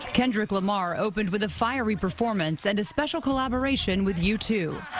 kendrick lamar opened with a fiery performance and a special collaboration with u two.